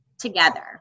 together